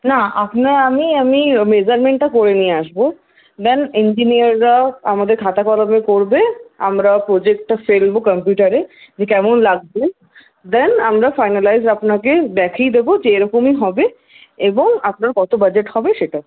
না আপনি আমি আমি মেজারমেন্টটা করে নিয়ে আসবো দেন ইঞ্জিনিয়াররা আমাদের খাতা কলমে করবে আমরাও প্রোজেক্টটা ফেলবো কম্পিউটারে দিয়ে কেমন লাগবে দেন আমরা ফাইনালাইজ আপনাকে দেখিয়ে দেবো যে এইরকমই হবে এবং আপনার কত বাজেট হবে সেটা